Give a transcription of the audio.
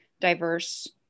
diverse